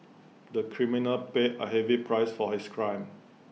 the criminal paid A heavy price for his crime